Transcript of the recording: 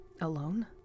Alone